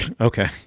Okay